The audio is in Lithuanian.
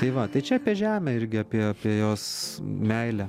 tai va tai čia apie žemę irgi apie apie jos meilę